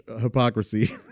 hypocrisy